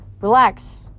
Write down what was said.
Relax